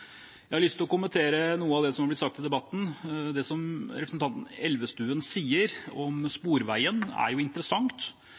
Jeg har lyst til å kommentere noe av det som er blitt sagt i debatten. Det som representanten Elvestuen sa om